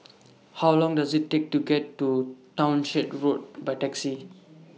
How Long Does IT Take to get to Townshend Road By Taxi